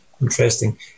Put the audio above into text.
Interesting